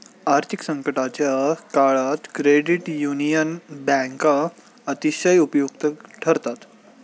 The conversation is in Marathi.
आर्थिक संकटाच्या काळात क्रेडिट युनियन बँका अतिशय उपयुक्त ठरतात